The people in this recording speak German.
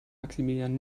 maximilian